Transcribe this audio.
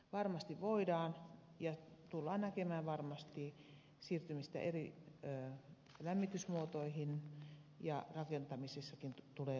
varmasti voidaan ja tullaan näkemään varmasti siirtymistä eri lämmitysmuotoihin ja rakentamisessakin tulee uusia uudistuksia